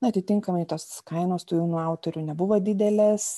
atitinkamai tos kainos tų jaunų autorių nebuvo didelės